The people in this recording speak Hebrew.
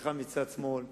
חבריך מצד שמאל ומאחוריך,